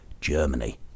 Germany